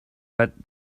but